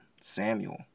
Samuel